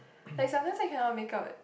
like sometimes I cannot make out